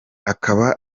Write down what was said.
akaba